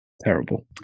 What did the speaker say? Terrible